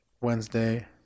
Wednesday